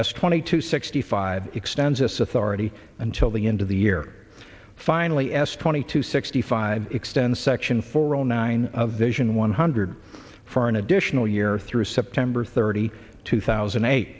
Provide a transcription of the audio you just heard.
s twenty two sixty five extends its authority until the end of the year finally s twenty two sixty five extends section four zero nine of vision one hundred for an additional year through september thirty two thousand and eight